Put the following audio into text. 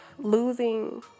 Losing